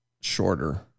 shorter